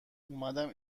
اومدم